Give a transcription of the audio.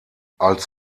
als